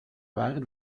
waar